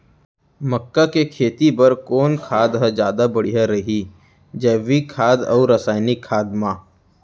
मक्का के खेती बर कोन खाद ह जादा बढ़िया रही, जैविक खाद अऊ रसायनिक खाद मा?